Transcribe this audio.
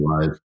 life